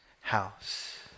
house